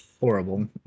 horrible